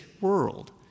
world